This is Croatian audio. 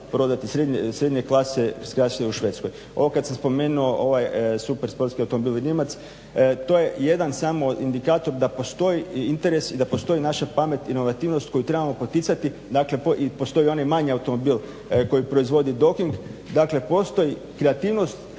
razumije./… u Švedskoj. Ovo kad sam spomenuo ovaj super sportski automobil … /Govornik se ne razumije./… to je jedan samo indikator da postoji interes i da postoji naša pamet i inovativnost koju trebamo poticati. Dakle, postoji i onaj manji automobil koji proizvodi …/Govornik se ne razumije./… Dakle, postoji kreativnost,